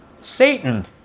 Satan